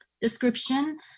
description